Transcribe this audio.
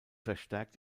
verstärkt